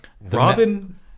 Robin